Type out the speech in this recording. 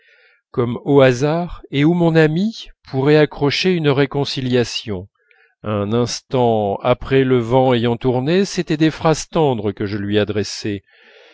comme au hasard et où mon amie pourrait accrocher une réconciliation un instant après le vent ayant tourné c'était des phrases tendres que je lui adressais